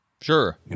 Sure